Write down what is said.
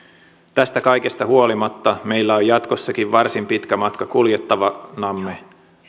tästä kaikesta huolimatta meillä on jatkossakin varsin pitkä matka kuljettavanamme